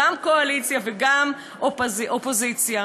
גם קואליציה וגם אופוזיציה.